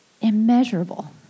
immeasurable